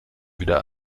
wieder